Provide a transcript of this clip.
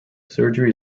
surgery